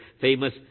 famous